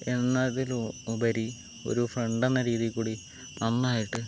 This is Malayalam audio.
എന്നതിലുപരി ഒരു ഫ്രണ്ട് എന്ന രീതി കൂടി നന്നായിട്ട്